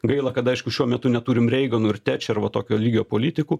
gaila kad aišku šiuo metu neturim reiganų ir tečer va tokio lygio politikų